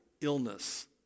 illness